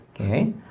okay